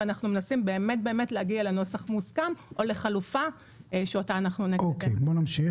ואנחנו מנסים באמת להגיע לנוסח מוסכם או לחלופה שאותה אנחנו נקבל.